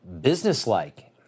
businesslike